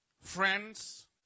Friends